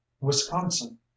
Wisconsin